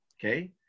Okay